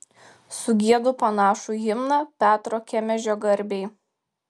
sugiedu panašų himną petro kemežio garbei